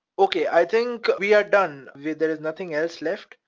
okay, i think we are done, there is nothing else left.